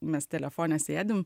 mes telefone sėdim